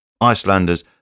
Icelanders